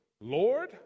Lord